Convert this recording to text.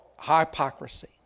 hypocrisy